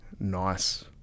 nice